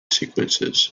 sequences